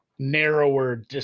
Narrower